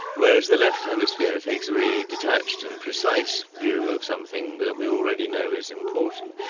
whereas the left hemisphere takes a very detached and precise view of something that we already know is important.